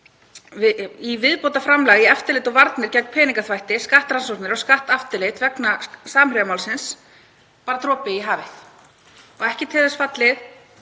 í viðbótarframlag til eftirlits og varna gegn peningaþvætti, í skattrannsóknir og skatteftirlit vegna Samherjamálsins bara dropi í hafið og ekki til þess fallið